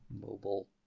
Mobile